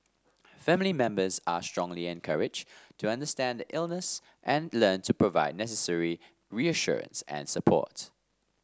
family members are strongly encouraged to understand the illness and learn to provide necessary reassurance and support